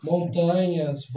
Montanhas